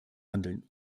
handeln